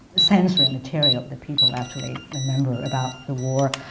sensory material that people actually remember about the war.